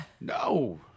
No